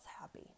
happy